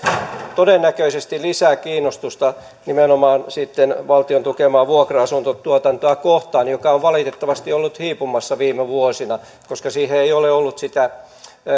todennäköisesti lisää kiinnostusta nimenomaan valtion tukemaa vuokra asuntotuotantoa kohtaan joka on valitettavasti ollut hiipumassa viime vuosina koska siihen ei ole ollut